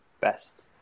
best